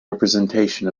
representation